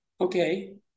okay